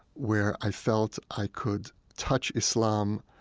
where i felt i could touch islam,